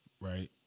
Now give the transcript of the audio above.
Right